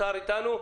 איתנו?